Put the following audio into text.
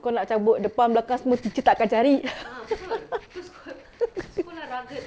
kau nak cabut depan belakang semua teacher tak akan cari